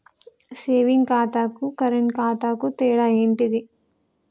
Saving ఖాతాకు current ఖాతాకు తేడా ఏంటిది?